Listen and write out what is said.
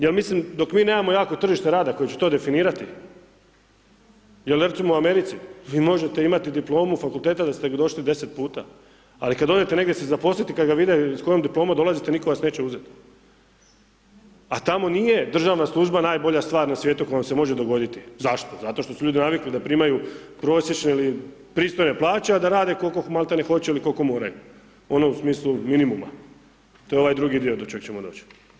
Jel mislim dok mi nemamo jako tržište rada koje će to definirati, jel recimo u Americi vi možete imati diplomu fakulteta da se došli 10 puta, ali kad odete negdje se zaposliti, kad ga vide s kojom diplomom dolazite nitko vas neće uzet, a tamo nije državna služba najbolja stvar na svijetu koja vam se može dogoditi, zašto, zato što su ljudi navikli da primaju prosječne ili pristojne plaće a da rade kolko malte hoće ili kolko moraju, ono u smislu minimuma, to je ovaj drugi dio di čeg ćemo doći.